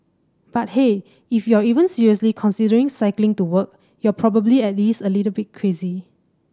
but hey if you're even seriously considering cycling to work you're probably at least a bit crazy